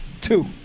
Two